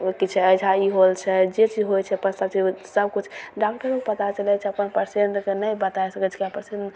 ओ किछु अइसा ही होल छै जे चीज होइ छै पाँच चीज सभकुछ डॉक्टरके पता चलि जाइ छै अपन परशेन्टके नहि बता सकय छै किएक पेशेन्ट